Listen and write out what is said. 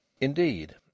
Indeed